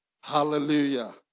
Hallelujah